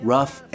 Rough